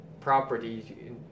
property